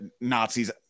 Nazis